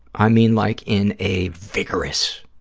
i mean like in a vigorous,